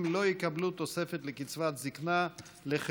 לא יקבלו תוספת לקצבת זקנה לחשבונם,